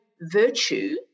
virtue